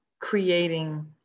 creating